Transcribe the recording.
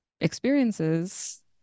experiences